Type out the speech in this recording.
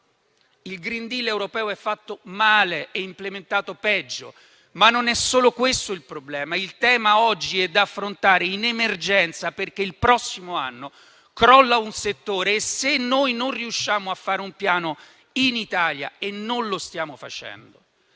il *green deal* europeo è fatto male e implementato peggio. Ma non è solo questo il problema. Il tema oggi è da affrontare in emergenza perché il prossimo anno crolla un settore. Se non riusciamo a fare un piano in Italia - e non lo stiamo facendo